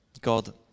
God